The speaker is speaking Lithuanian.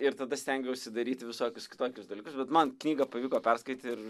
ir tada stengiausi daryt visokius kitokius dalykus bet man knygą pavyko perskaityt ir